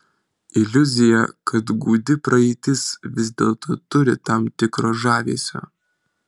iliuzija kad gūdi praeitis vis dėlto turi tam tikro žavesio